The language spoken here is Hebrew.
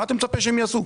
מה אתה מצפה שהם יעשו?